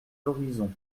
horizons